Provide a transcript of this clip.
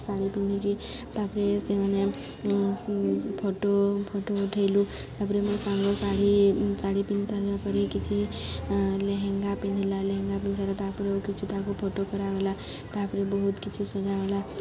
ଶାଢ଼ୀ ପିନ୍ଧିକି ତା'ପରେ ସେମାନେ ଫଟୋ ଫଟୋ ଉଠାଇଲୁ ତା'ପରେ ମୋ ସାଙ୍ଗ ଶାଢ଼ୀ ଶାଢ଼ୀ ପିନ୍ଧି ସାରିଲା ପରେ କିଛି ଲେହେଙ୍ଗା ପିନ୍ଧିଲା ଲେହେଙ୍ଗା ପିନ୍ଧିଲା ତା'ପରେ କିଛି ତାକୁ ଫଟୋ କରାଗଲା ତା'ପରେ ବହୁତ କିଛି ସଜାଗଲା